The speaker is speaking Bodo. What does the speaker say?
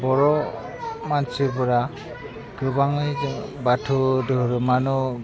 बर' मानसिफोरा गोबाङै जों बाथौ दोहोरोमानो